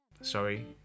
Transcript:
sorry